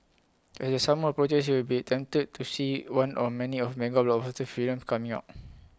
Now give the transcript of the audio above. as the summer approaches you will be tempted to see one or many of mega films coming out